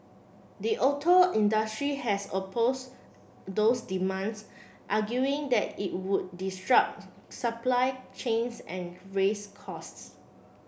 the auto industry has oppose those demands arguing that it would disrupt supply chains and raises costs